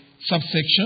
subsection